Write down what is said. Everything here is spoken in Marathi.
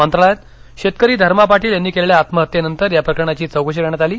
मंत्रालयात शेतकरी धर्मा पाटील यांनी केलेल्या आत्महत्येनंतर याप्रकरणाची चौकशी करण्यात आली